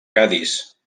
cadis